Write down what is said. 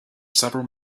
several